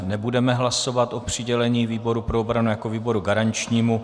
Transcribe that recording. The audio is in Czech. Nebudeme hlasovat o přidělení výboru pro obranu jako výboru garančnímu.